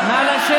בושה.